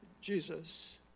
Jesus